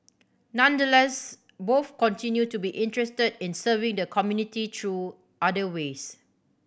nonetheless both continue to be interested in serving the community through other ways